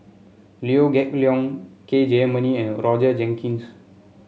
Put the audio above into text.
Liew Geok Leong K Jayamani and Roger Jenkins